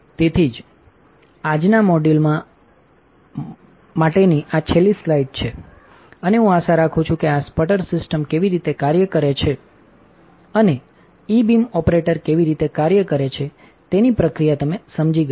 તેથી આજના મોડ્યુલ માટેની આ છેલ્લી સ્લાઇડ છે અને હું આશા રાખું છું કે આ સ્પટર સિસ્ટમ કેવી રીતે કાર્ય કરે છે અને ઇ બીમ ઓપરેટર કેવી રીતે કાર્ય કરે છે તેની પ્રક્રિયા તમે સમજી ગયા છો